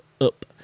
up